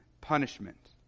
punishment